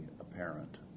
apparent